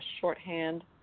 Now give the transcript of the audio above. shorthand